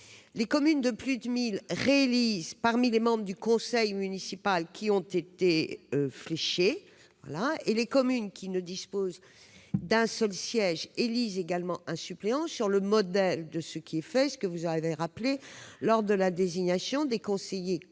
Les communes de plus de 1 000 habitants le font parmi les membres du conseil municipal qui ont été fléchés. Les communes qui ne disposent que d'un seul siège élisent également un suppléant, sur le modèle de ce qui est fait, comme cela a été rappelé, lors de la désignation des conseillers communautaires